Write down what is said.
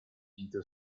into